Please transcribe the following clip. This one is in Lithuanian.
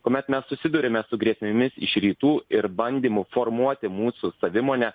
kuomet mes susiduriame su grėsmėmis iš rytų ir bandymu formuoti mūsų savimonę